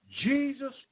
Jesus